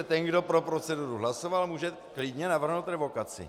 Ten, kdo pro proceduru hlasoval, může klidně navrhnout revokaci.